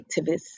activists